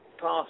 past